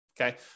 Okay